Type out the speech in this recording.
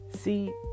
See